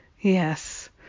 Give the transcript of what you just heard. Yes